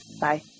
Bye